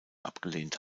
abgelehnt